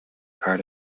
part